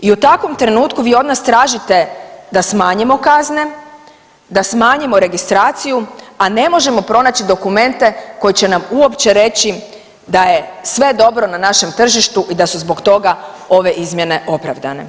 I u takvom trenutku vi od nas tražite da smanjimo kazne, da smanjimo registraciju, a ne možemo pronaći dokumente koji će nam uopće reći da je sve dobro na našem tržištu i da su zbog toga ove izmjene opravdane.